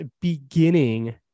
beginning